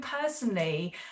personally